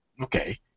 Okay